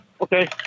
Okay